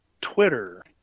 twitter